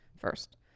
first